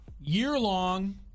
year-long